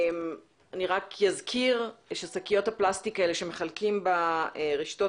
אני רק אזכיר ששקיות הפלסטיק האלה שמחלקים ברשתות